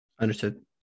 Understood